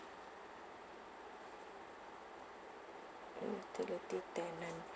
utility tenant